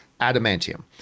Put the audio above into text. adamantium